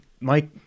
mike